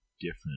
different